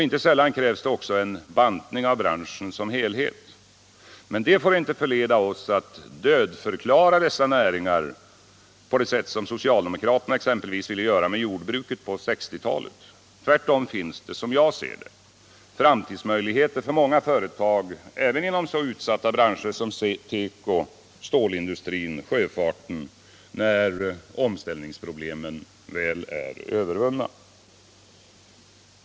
Inte sällan krävs det också en bantning av branschen som helhet. Det får dock inte förleda oss att dödförklara dessa näringar på det sätt som socialdemokraterna exempelvis ville göra med jordbruket på 1960-talet. Tvärtom finns det - som jag ser det — framtidsmöjlighoter för många företag även inom så utsatta branscher som teko, stålindustrin och sjöfarten när omställningsproblemen väl är övervunna.